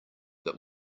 but